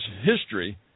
history